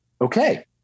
okay